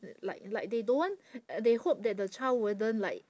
like like they don't want they hope that the child wouldn't like